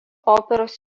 operos